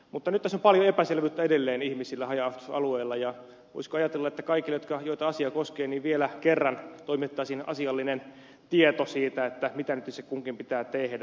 mutta nyt tässä on paljon epäselvyyttä edelleen ihmisillä haja asutusalueilla ja voisiko ajatella että kaikille joita asia koskee vielä kerran toimitettaisiin asiallinen tieto siitä mitä itse kunkin pitää tehdä